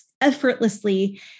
effortlessly